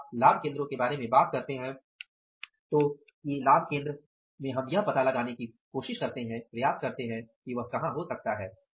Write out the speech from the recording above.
जब आप लाभ केंद्रों के बारे में बात करते हैं तो लाभ केंद्र में हम यह पता लगाने की कोशिश करते हैं कि वह कहां हो सकता है